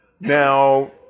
Now